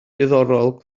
diddorol